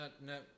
No